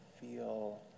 feel